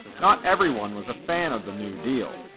not everyone was a fan of the new deal.